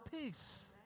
peace